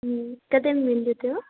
हूँ कतेमे मिलि जेतै ओ